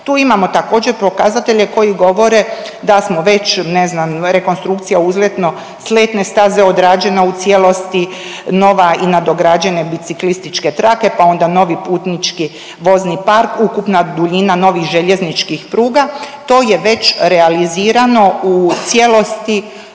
tu imamo također pokazatelje koji govore da smo već ne znam rekonstrukcija uzletno sletne staze odrađena u cijelosti, nova i nadograđene biciklističke trake, pa onda novi putnički vozni park, ukupna duljina novih željezničkih pruga, to je već realizirano u cijelosti